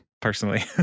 personally